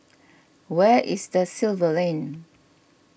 where is Da Silva Lane